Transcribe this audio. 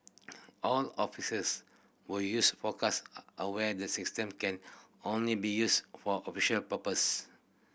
all officers who use Focus are aware the system can only be used for official purposes